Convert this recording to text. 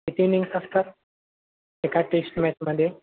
किती इनिंग्स असतात एका टेस्ट मॅचमध्ये